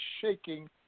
shaking